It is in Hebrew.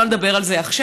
ולא נדבר על זה עכשיו,